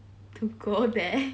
to go there